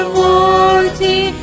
worthy